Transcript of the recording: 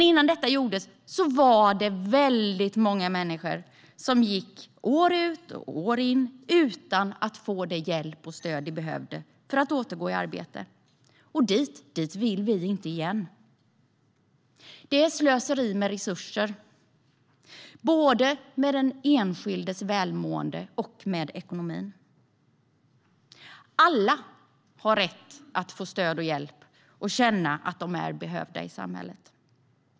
Innan detta gjordes var det väldigt många människor som gick år ut och år in utan att få den hjälp och det stöd de behövde för att återgå i arbete. Dit vill vi inte igen. Det är slöseri med resurser, både med den enskildes välmående och med ekonomin. Alla har rätt att få stöd och hjälp och att känna att de är behövda i samhället.